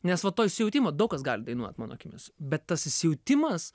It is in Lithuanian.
nes va to įsijautimo daug kas gali dainuot mano akimis bet tas įsijautimas